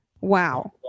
wow